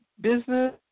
business